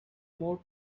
more